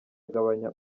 agabanya